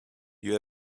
you